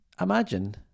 imagine